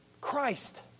Christ